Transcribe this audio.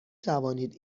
توانید